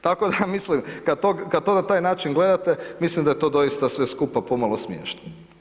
Tako da, mislim, kad to na taj način gledate, mislim da je to doista sve skupa pomalo smiješno.